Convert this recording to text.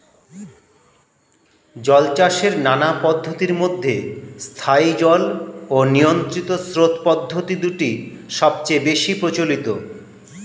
জলচাষের নানা পদ্ধতির মধ্যে স্থায়ী জল ও নিয়ন্ত্রিত স্রোত পদ্ধতি দুটি সবচেয়ে বেশি প্রচলিত